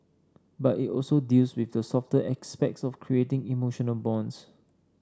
but it also deals with the softer aspects of creating emotional bonds